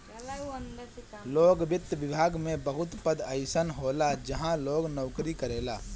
लोक वित्त विभाग में बहुत पद अइसन होला जहाँ लोग नोकरी करेला